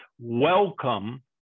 Welcome